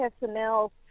personnel